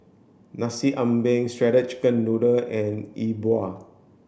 Nasi Ambeng shredded chicken noodle and E Bua